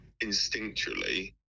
instinctually